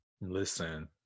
Listen